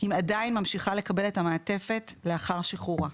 היא עדיין ממשיכה לקבל את המעטפת לאחר שחרורה.